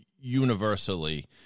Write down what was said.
universally